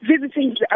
visiting